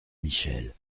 michel